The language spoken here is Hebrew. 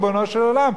ריבונו של עולם,